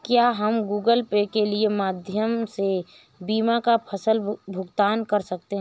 क्या हम Google Pay के माध्यम से बीमा का भुगतान कर सकते हैं?